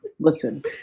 Listen